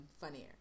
funnier